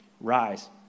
Rise